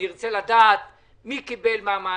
אני אבקש לדעת מי קיבל מהמענקים,